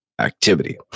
activity